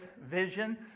vision